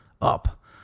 up